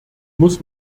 muss